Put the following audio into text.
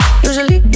Usually